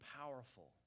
powerful